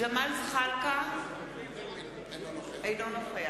ג'מאל זחאלקה, אינו נוכח